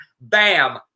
bam